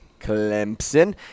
Clemson